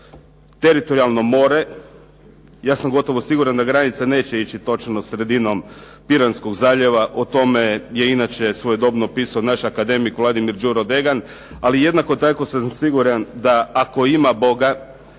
Teritorijalno more. Ja sam gotovo siguran da granica neće ići točno sredinom Piranskog zaljeva. O tome je svojedobno pisao naš akademik Vladimir Đuro Degan, ali jednako sam tako siguran ako ima Boga,